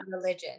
religion